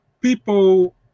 people